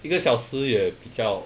一个小时也比较